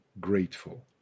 grateful